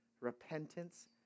repentance